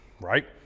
right